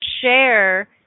share